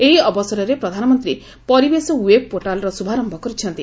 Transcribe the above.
ଏହି ଅବସରରେ ପ୍ରଧାନମନ୍ତ୍ରୀ ପରିବେଶ ୱେବ୍ ପୋର୍ଟାଲ୍ର ଶୁଭାରମ୍ଭ କରିଛନ୍ତି